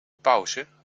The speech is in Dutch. pauze